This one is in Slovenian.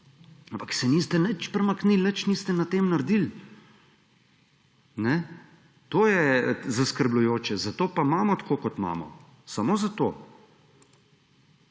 ampak se niste nič premaknili, nič niste na tem naredili. To je zaskrbljujoče. Zato pa imamo tako, kot imamo. Samo zato.